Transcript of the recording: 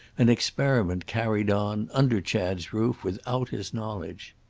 an experiment carried on, under chad's roof, without his knowledge.